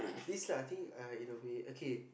this type of thing uh it will be okay